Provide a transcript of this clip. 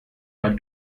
are